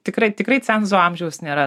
tikrai tikrai cenzo amžiaus nėra